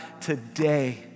today